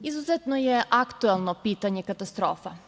Izuzetno je aktuelno pitanje katastrofa.